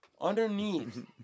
underneath